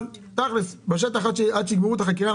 אבל תכלס בשטח עד שיגמרו את החקירה,